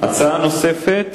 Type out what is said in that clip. הצעה נוספת,